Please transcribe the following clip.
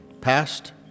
Past